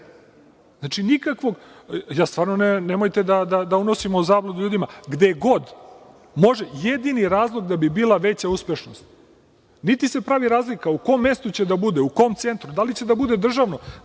god ispune ove uslove. Nemojte da unosimo zabludu ljudima, gde god može, jedini je razlog je da bi bila veća uspešnost. Niti se pravi razlika u kom mestu će da bude, u kom centru, da li će da bude državno,